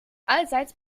allseits